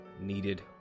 needed